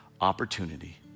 opportunity